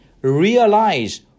realize